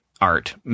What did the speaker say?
art